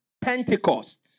Pentecost